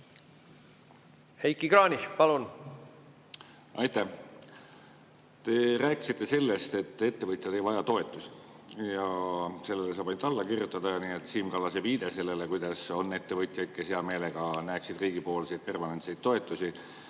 Heiki Kranich, palun! Aitäh! Te rääkisite sellest, et ettevõtjad ei vaja toetusi. Sellele saab ainult alla kirjutada. Siim Kallas viitas sellele, et ettevõtjaid, kes hea meelega näeksid riigipoolseid permanentseid toetusi,